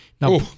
now